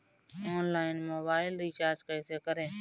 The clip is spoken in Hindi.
ऑनलाइन मोबाइल रिचार्ज कैसे करें?